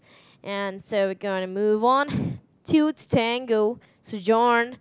and so we're gonna move on two to tango to John